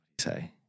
Say